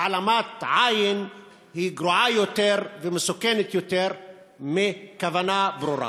העלמת עין היא גרועה יותר ומסוכנת יותר מכוונה ברורה.